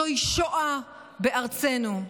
זוהי שואה בארצנו.